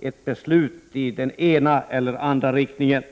ett beslut i den ena eller andra riktningen.